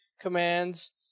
commands